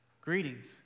Greetings